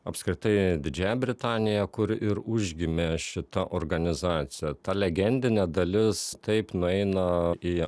apskritai didžiąja britanija kur ir užgimė šita organizacija ta legendinė dalis taip nueina į